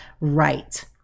right